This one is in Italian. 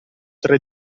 tre